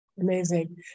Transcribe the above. Amazing